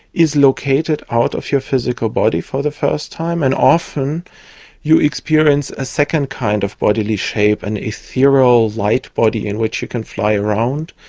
is located out of your physical body for the first time and often you experience a second kind of bodily shape, an ethereal light body in which you can fly around.